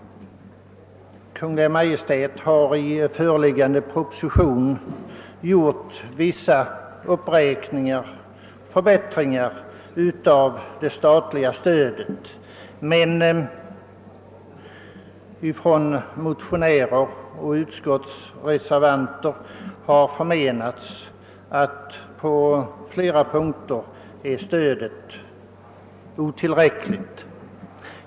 Kungl. Maj:t har i statsverkspropositionen gjort en uppräkning av det statliga stödet till företagareföreningarna, men motionärer och reservanter har ansett att stödet ändå är otillräckligt på vissa punkter.